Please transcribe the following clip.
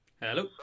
Hello